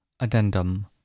Addendum